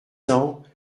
cents